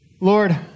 Lord